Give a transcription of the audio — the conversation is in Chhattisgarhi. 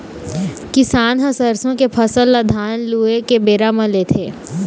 किसान ह सरसों के फसल ल धान लूए के बेरा म लेथे